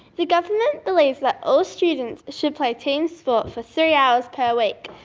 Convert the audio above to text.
the government believes that all students should play teams sport for three hours per week.